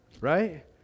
Right